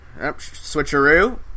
Switcheroo